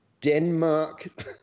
Denmark